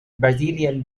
brazilian